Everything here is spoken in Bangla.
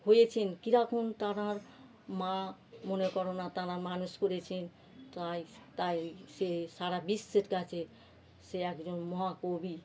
হয়েছেন কীরকম তার মা মনে করো না তারা মানুষ করেছেন তাই সে তাই সে সারা বিশ্বের কাছে সে একজন মহাকবি